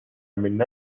minna